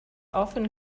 often